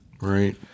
Right